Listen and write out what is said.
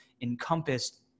encompassed